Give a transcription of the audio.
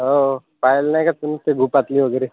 हो हो पाहिलं नाही का तुमी ते गुफातली वगैरे